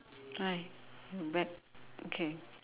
hi I'm back okay